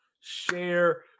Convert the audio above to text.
share